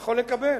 יכול לקבל.